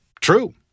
True